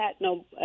no